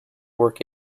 work